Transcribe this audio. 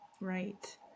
Right